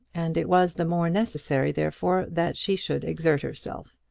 and it was the more necessary, therefore, that she should exert herself.